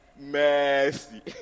Mercy